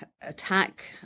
attack